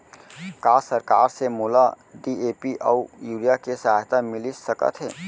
का सरकार से मोला डी.ए.पी अऊ यूरिया के सहायता मिलिस सकत हे?